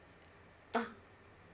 ugh